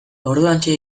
orduantxe